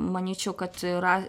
manyčiau kad yra